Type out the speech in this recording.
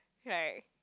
right